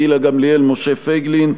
גילה גמליאל ומשה פייגלין.